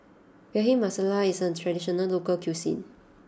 Bhindi Masala is a traditional local cuisine